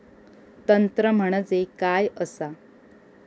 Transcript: तंत्र म्हणजे काय असा?